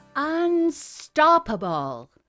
unstoppable